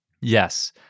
Yes